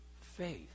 faith